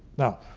now,